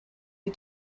you